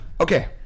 Okay